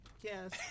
yes